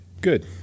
Good